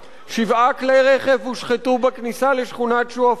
"שבעה כלי רכב הושחתו בכניסה לשכונת שועפאט"